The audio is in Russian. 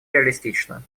реалистично